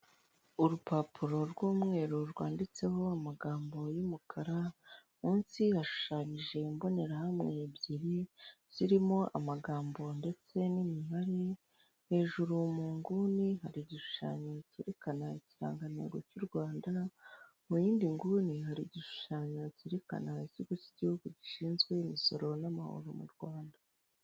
Urupapuro rw'umweru rwanditseho amagambo y'umukara, munsi yashushanyije imbonerahamwe ebyiri zirimo amagambo ndetse n'imibare, hejuru mu nguni hari igishushanyo cyerekana ikirangantego cy'u Rwanda, mu yindi nguni hari igishushanyo cyerikana ikigo cy'igihugu gishinzwe imisoro n'amahoro mu Rwanda.